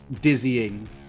dizzying